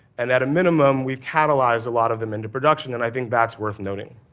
and at a minimum, we've catalyzed a lot of them into production, and i think that's worth noting.